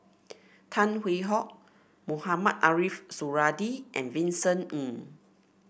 Tan Hwee Hock Mohamed Ariff Suradi and Vincent Ng